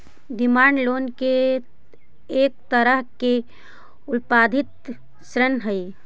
demand loan एक तरह के अल्पावधि ऋण हइ